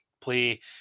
play